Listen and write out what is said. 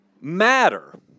matter